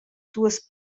duas